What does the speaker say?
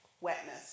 wetness